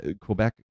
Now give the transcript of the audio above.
Quebec